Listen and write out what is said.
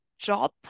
job